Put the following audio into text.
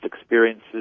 experiences